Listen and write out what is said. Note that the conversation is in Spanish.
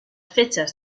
fechas